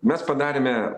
mes padarėme